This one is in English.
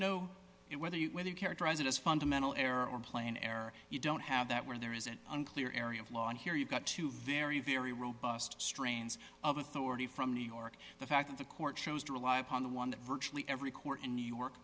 no it whether you whether you characterize it as fundamental error or plain error you don't have that where there is an unclear area of law and here you've got two very very robust strains of authority from new york the fact that the court chose to why upon the one that virtually every court in new york